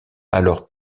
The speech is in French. alors